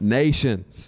nations